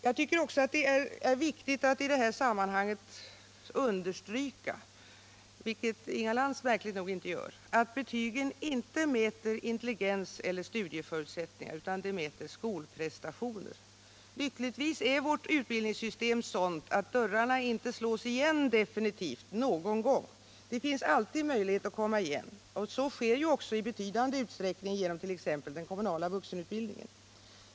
Jag tycker också att det är viktigt att i det här sammanhanget understryka, vilket Inga Lantz märkligt nog inte gör, att betygen inte mäter intelligens eller studieförutsättningar, utan de mäter skolprestationer. Lyckligtvis är vårt utbildningssystem sådant att dörrarna inte slås igen definitivt någon gång. Det finns alltid möjlighet att komma igen, och så sker ju också i betydande utsträckning genom den kommunala vuxenutbildningen.